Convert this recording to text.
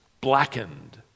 blackened